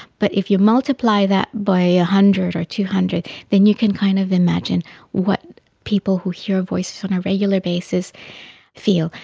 but if you multiply that by one ah hundred or two hundred then you can kind of imagine what people who hear voices on a regular basis feel.